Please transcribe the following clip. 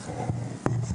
מ':